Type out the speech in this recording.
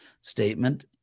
statement